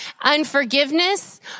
unforgiveness